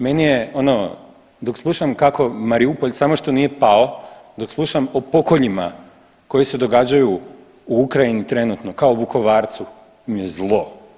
Meni je ono dok slušam kako Mariupolj samo što nije pao, dok slušam o pokoljima koji se događaju u Ukrajini trenutno kao Vukovarcu mi je zlo.